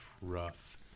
rough